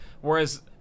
whereas